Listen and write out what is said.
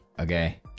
Okay